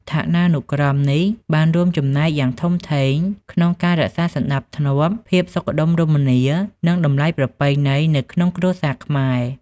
ឋានានុក្រមនេះបានរួមចំណែកយ៉ាងធំធេងក្នុងការ រក្សាសណ្ដាប់ធ្នាប់ ភាពសុខដុមរមនា និងតម្លៃប្រពៃណី នៅក្នុងគ្រួសារខ្មែរ។